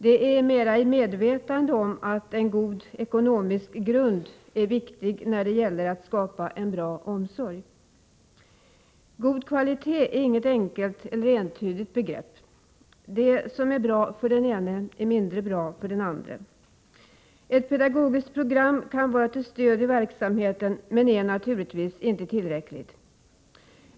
Det sker mer i medvetande om att en god ekonomisk grund är viktig när det gäller att skapa en bra omsorg. God kvalitet är inte något enkelt eller entydigt begrepp. Det som är bra för den ene är mindre bra för den andre. Ett pedagogiskt program kan vara till stöd i verksamheten men är naturligtvis inte tillräckligt.